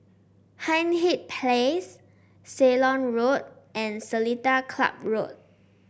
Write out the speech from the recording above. Hindhede Place Ceylon Road and Seletar Club Road